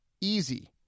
easy